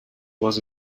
was